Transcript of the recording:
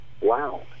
Wow